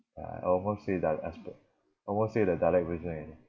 ah I almost say dia~ aspe~ almost say the dialect version already